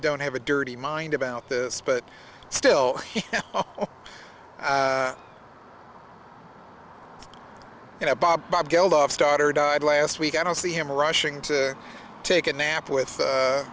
don't have a dirty mind about this but still you know bob bob geldof's daughter died last week i don't see him rushing to take a nap with